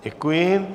Děkuji.